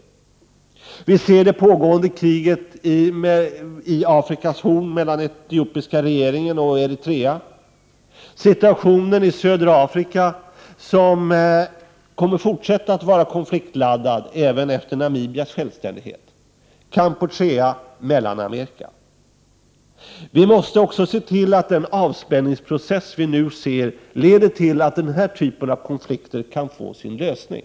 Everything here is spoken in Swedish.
Vi kan som exempel se på det pågående kriget i Afrika mellan etiopiska regeringen och Eritrea, situationen i södra Afrika som kommer att fortsätta att vara konfliktladdad även efter Namibias självständighet, Kampuchea och Mellanamerika. Vi måste också se till att den avspänningsprocess som nu pågår leder till att den här typen av konflikter kan få sin lösning.